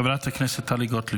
חברת הכנסת טלי גוטליב,